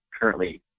currently